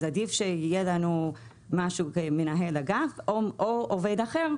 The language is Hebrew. אז עדיף שיהיה לנו משהו כמו "מנהל אגף או עובד אחר",